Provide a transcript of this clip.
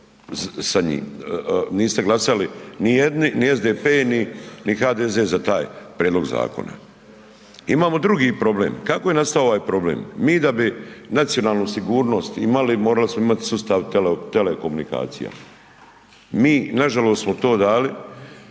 sa njim, niste glasali ni jedni ni SDP ni HDZ za taj prijedlog zakona. Imamo drugi problem. Kako je nastao ovaj problem? Mi da bi nacionalnu sigurnost imali, morali smo imati sustav telekomunikacija. Mi, nažalost smo to dali,